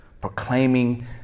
proclaiming